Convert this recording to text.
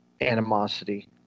animosity